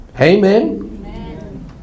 Amen